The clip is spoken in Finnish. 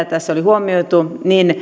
tässä oli huomioitu